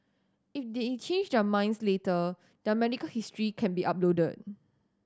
if they change their minds later their medical history can be uploaded